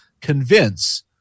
convince